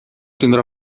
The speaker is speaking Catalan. tindrà